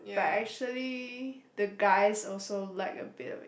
but actually the guys also like a bit